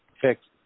fixed